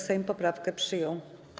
Sejm poprawkę przyjął.